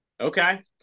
okay